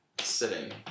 sitting